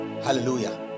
Hallelujah